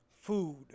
food